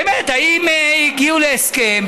באמת, האם הגיעו להסכם?